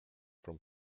from